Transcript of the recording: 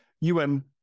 UN